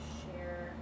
share